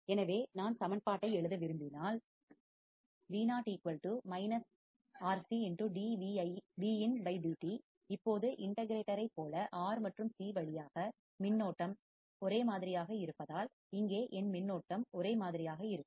எனவே நான் சமன்பாட்டை எழுத விரும்பினால் இப்போது இண்ட கிரேட்டரைப் போல R மற்றும் C வழியாக மின்னோட்டம் கரண்ட் ஒரே மாதிரியாக இருப்பதால் இங்கே என் மின்னோட்டம் கரண்ட் ஒரே மாதிரியாக இருக்கும்